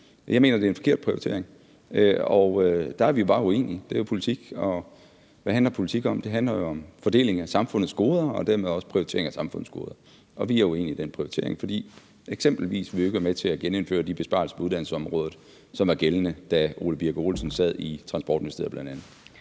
jeg mener, det er en forkert prioritering, og der er vi bare uenige, det er jo politik. Hvad handler politik om? Det her handler jo om fordelingen af samfundets goder og dermed også en prioritering af samfundets goder, og vi er uenige i den prioritering. For eksempelvis vil vi ikke være med til at genindføre de besparelser på uddannelsesområdet, som var gældende, da Ole Birk Olesen bl.a. sad i Transportministeriet.